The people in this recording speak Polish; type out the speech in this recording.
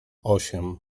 osiem